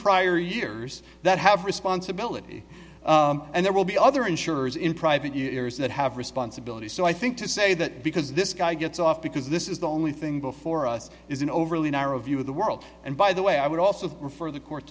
prior years that have responsibility and there will be other insurers in private years that have responsibility so i think to say that because this guy gets off because this is the only thing before us is an overly narrow view of the world and by the way i would also refer the court